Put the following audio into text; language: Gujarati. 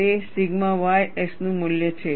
તે સિગ્મા ys નું મૂલ્ય છે